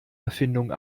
erfindung